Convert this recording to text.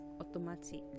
automatic